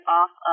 off